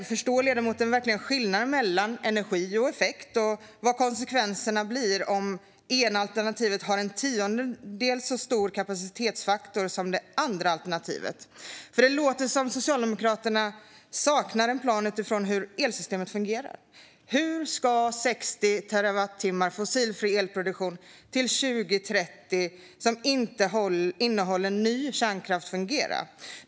Förstår ledamoten verkligen skillnaden mellan energi och effekt och vad konsekvenserna blir om det ena alternativet har en tiondel så stor kapacitetsfaktor som det andra alternativet? Det låter som om Socialdemokraterna saknar en plan utifrån hur elsystemet fungerar. Hur ska 60 terawattimmar fossilfri elproduktion till 2030 som inte innehåller ny kärnkraft fungera?